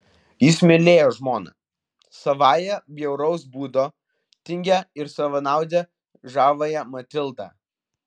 jis mylėjo žmoną savąją bjauraus būdo tingią ir savanaudę žaviąją matildą